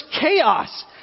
chaos